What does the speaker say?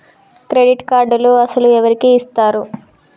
Credit కార్డులు అసలు ఎవరికి ఇస్తారు?